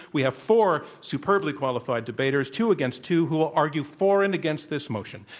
we have four superbly qualified debaters, two against two, who will argue for and against this moti on,